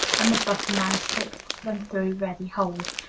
and the buffer-man slip them through ready holes,